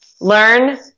learn